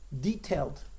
detailed